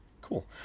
Cool